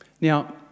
Now